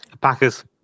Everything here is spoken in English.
Packers